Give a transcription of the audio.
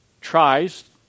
tries